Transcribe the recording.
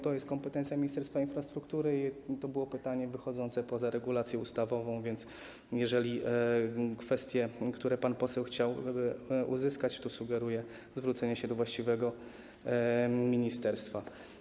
To jest kompetencja Ministerstwa Infrastruktury i to było pytanie wychodzące poza regulację ustawową, więc jeżeli chodzi o informacje, które pan poseł chciał uzyskać, to sugeruję zwrócenie się do właściwego ministerstwa.